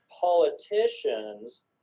politicians